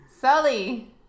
sully